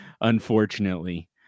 unfortunately